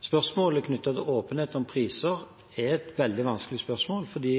Spørsmålet knyttet til åpenhet om priser er et veldig vanskelig spørsmål, fordi